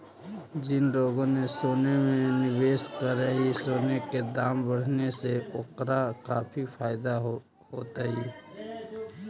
जिन लोगों ने सोने में निवेश करकई, सोने के दाम बढ़ने से ओकरा काफी फायदा होतई